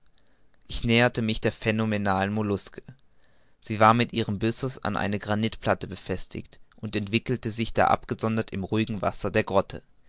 ich näherte mich der phänomenalen molluske sie war mit ihrem byssus an eine granitplatte befestigt und entwickelte sich da abgesondert im ruhigen wasser der grotte